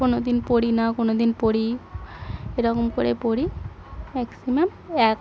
কোনো দিন পড়ি না কোনো দিন পড়ি এরকম করে পড়ি ম্যাক্সিম্যাম এক